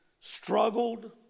struggled